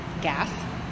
gas